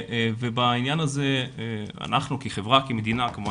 ובעניין הזה אנחנו כחברה וכמדינה כמובן